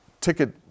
ticket